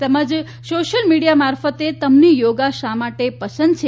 તેમજ social media મારફતે તમને યોગ શા માટે પસંદ છે